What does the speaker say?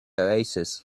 oasis